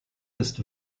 list